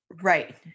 Right